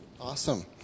Awesome